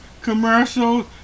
commercials